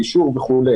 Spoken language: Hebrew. אישור וכו'.